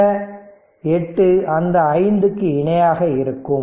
இந்த 8 அந்த 5 க்கு இணையாக இருக்கும்